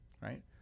right